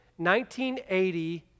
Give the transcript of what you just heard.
1980